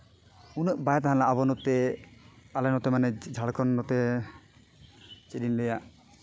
ᱩᱱᱟᱹᱜ ᱵᱟᱭ ᱛᱟᱦᱮᱸ ᱞᱮᱱᱟ ᱟᱵᱚ ᱱᱚᱛᱮ ᱟᱞᱮ ᱱᱚᱛᱮ ᱡᱷᱟᱲᱠᱷᱚᱸᱰ ᱱᱚᱛᱮ ᱪᱮᱫ ᱤᱧ ᱞᱟᱹᱭᱟ